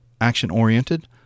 Action-oriented